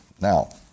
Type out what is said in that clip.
Now